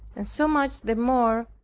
and so much the more,